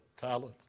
talent